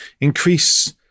Increase